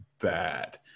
bad